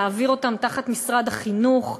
להעביר אותם למשרד החינוך,